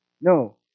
No